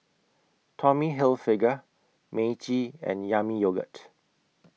Tommy Hilfiger Meiji and Yami Yogurt